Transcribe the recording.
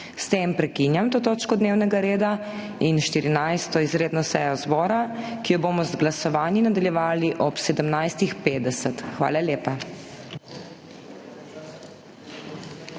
S tem prekinjam to točko dnevnega reda in 14. izredno sejo zbora, ki jo bomo z glasovanji nadaljevali ob 17.50. Hvala lepa.